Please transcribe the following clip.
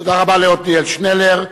תודה רבה לעתניאל שנלר.